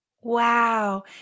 Wow